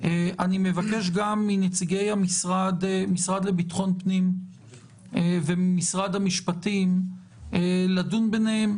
אני מבקש גם מנציגי המשרד לביטחון פנים ומשרד המשפטים לדון ביניהם